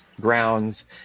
grounds